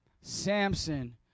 Samson